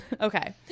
okay